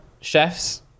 chefs